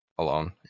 alone